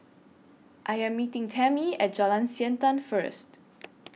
I Am meeting Tammi At Jalan Siantan First